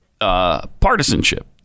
Partisanship